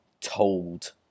told